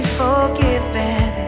forgiven